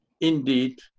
indeed